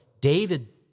David